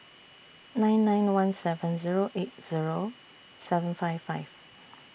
nine nine one seven Zero eight Zero seven five five